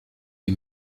die